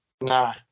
nah